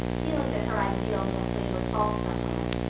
feeling that her ideals had played her false somewhere.